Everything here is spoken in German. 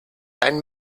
ein